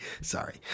Sorry